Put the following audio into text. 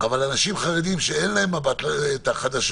ובתוך התקנות לתת לוועדות שמטפלות